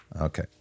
Okay